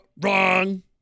wrong